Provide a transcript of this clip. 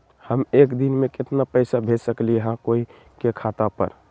हम एक दिन में केतना पैसा भेज सकली ह कोई के खाता पर?